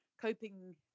coping